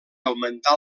augmentà